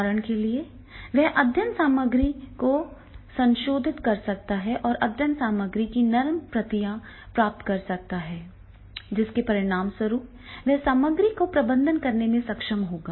उदाहरण के लिए वह अध्ययन सामग्री को संशोधित कर सकता है और अध्ययन सामग्री की नरम प्रतियां प्राप्त कर सकता है जिसके परिणामस्वरूप वह सामग्री का प्रबंधन करने में सक्षम होगा